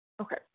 Okay